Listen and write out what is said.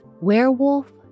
werewolf